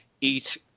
eat